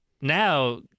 now